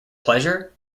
pleasure